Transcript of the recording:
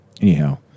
Anyhow